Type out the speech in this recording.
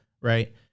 right